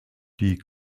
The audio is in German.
die